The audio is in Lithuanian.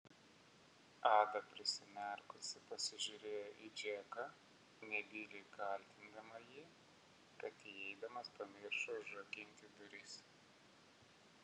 ada prisimerkusi pasižiūrėjo į džeką nebyliai kaltindama jį kad įeidamas pamiršo užrakinti duris